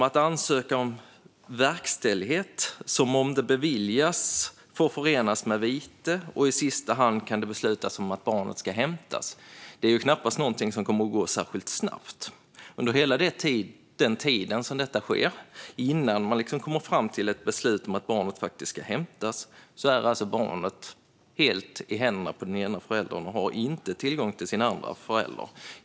Att ansöka om verkställighet - om den beviljas får den förenas med vite, och i sista hand kan det beslutas om att barnet ska hämtas - är knappast någonting som kommer att gå särskilt snabbt. Under hela den tid som detta sker, innan man kommer fram till ett beslut om att barnet faktiskt ska hämtas, är barnet helt i händerna på den ena föräldern och har inte tillgång till den andra föräldern.